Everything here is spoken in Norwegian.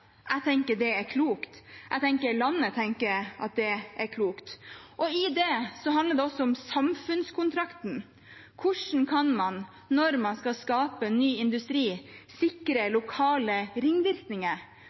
Jeg tenker det er klokt. Jeg tenker landet tenker at det er klokt. Og i det handler det også om samfunnskontrakten: Hvordan kan man, når man skal skape ny industri, sikre